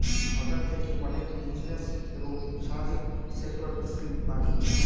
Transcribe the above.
সরকার থেকে অনেক ইন্সুরেন্স এবং সামাজিক সেক্টর স্কিম পায়